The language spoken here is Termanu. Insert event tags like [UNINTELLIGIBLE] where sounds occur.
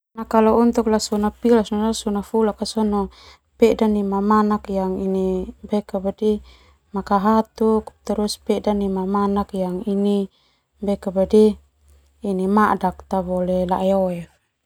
Kalau untuk asona pilas no lasona fulak sona peda ni mamanak [HESITATION] makahatuk peda ni mamanak madak. [UNINTELLIGIBLE]